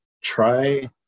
Try